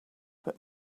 but